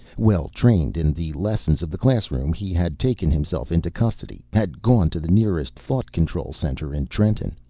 well-trained in the lessons of the classroom, he had taken himself into custody, had gone to the nearest thought-control center in trenton.